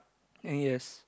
yes